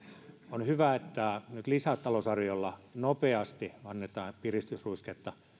on hyvä että nyt lisätalousarviolla nopeasti annetaan piristysruisketta